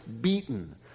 beaten